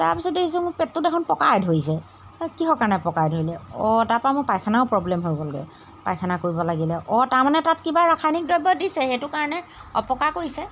তাৰপিছত দেখিছোঁ মোৰ পেটটো দেখোন পকাই ধৰিছে এই কিহৰ কাৰণে পকাই ধৰিলে অঁ তাৰপৰা মোৰ পায়খানাও প্ৰব্লেম হৈ গ'লগৈ পায়খানা কৰিব লাগিলে অঁ তাৰমানে তাত কিবা ৰাসায়নিক দ্ৰব্য দিছে সেইটো কাৰণে অপকাৰ কৰিছে